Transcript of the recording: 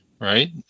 right